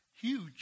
huge